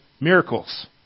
miracles